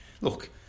Look